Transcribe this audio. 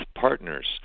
partners